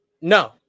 No